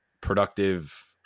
productive